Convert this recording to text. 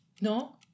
No